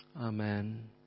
Amen